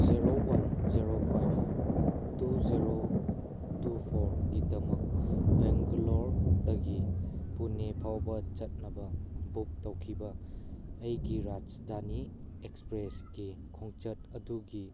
zero one zero five two zero two ꯐꯣꯔꯒꯤꯗꯃꯛ ꯕꯦꯡꯒꯂꯣꯔꯗꯒꯤ ꯄꯨꯅꯦ ꯐꯥꯎꯕ ꯆꯠꯅꯕ ꯕꯨꯛ ꯇꯧꯈꯤꯕ ꯑꯩꯒꯤ ꯔꯥꯁꯙꯥꯅꯤ ꯑꯦꯛꯁꯄ꯭ꯔꯦꯁꯀꯤ ꯈꯣꯡꯆꯠ ꯑꯗꯨꯒꯤ